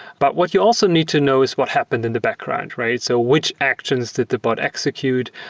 but what you also need to know is what happened in the background, right? so which actions did the bot execute?